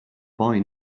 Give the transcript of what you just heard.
boy